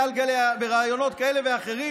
בראיונות כאלה ואחרים,